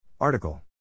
Article